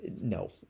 No